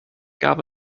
gab